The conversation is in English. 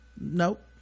Nope